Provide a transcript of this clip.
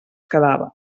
quedava